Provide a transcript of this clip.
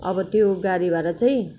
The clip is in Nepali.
अब त्यो गाडी भाडा चाहिँ